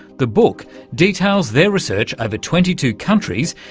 the book details their research over twenty two countries,